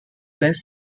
best